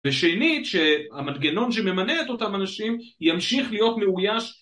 ושנית שהמנגנון שממנה את אותם אנשים ימשיך להיות מאוייש